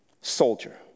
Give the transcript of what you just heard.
soldier